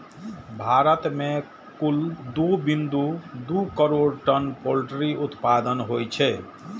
भारत मे कुल दू बिंदु दू करोड़ टन पोल्ट्री उत्पादन होइ छै